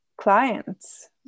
clients